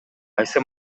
кайсы